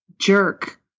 jerk